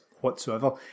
whatsoever